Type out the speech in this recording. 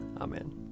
Amen